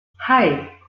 hei